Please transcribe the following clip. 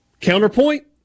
Counterpoint